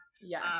Yes